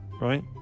Right